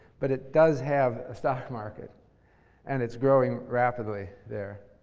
but it does have a stock market and it's growing rapidly there.